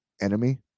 enemy